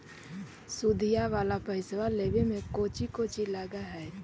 सुदिया वाला पैसबा लेबे में कोची कोची लगहय?